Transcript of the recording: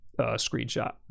screenshot